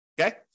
okay